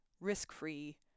risk-free